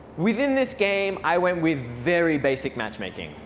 within this game, i when with very basic matchmaking.